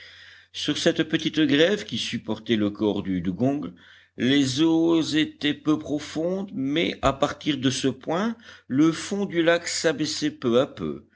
sur cette petite grève qui supportait le corps du dugong les eaux étaient peu profondes mais à partir de ce point le fond du lac s'abaissait peu à peu